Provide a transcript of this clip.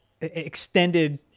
extended